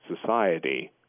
society